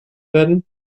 werden